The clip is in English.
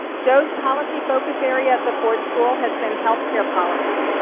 joe's policy focus area at the ford school has been health care policy,